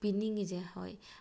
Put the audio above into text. ꯄꯤꯅꯤꯡꯂꯤꯁꯦ ꯍꯣꯏ